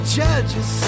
judges